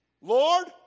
Lord